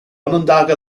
onondaga